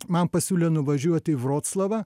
man pasiūlė nuvažiuot į vroclavą